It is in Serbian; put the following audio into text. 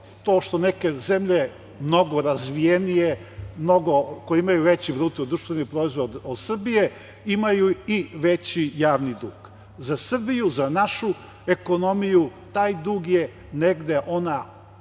to što neke zemlje mnogo razvijenije, koje imaju veći bruto-društveni proizvod od Srbije imaju i veći javni dug. Za Srbiju, za našu ekonomiju, taj dug je negde ona